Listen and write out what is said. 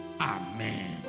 Amen